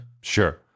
Sure